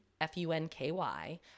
f-u-n-k-y